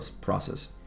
process